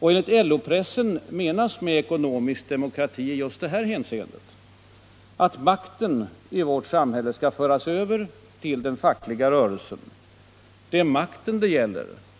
Enligt LO-pressen menas med ekonomisk demokrati i det här hänseendet att makten i vårt samhälle skall föras över till den fackliga rörelsen. Det är makten det gäller.